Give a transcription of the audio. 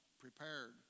prepared